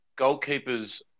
goalkeepers